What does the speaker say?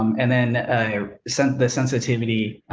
um and then sent the sensitivity,